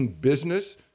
business